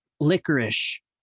licorice